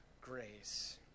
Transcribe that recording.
grace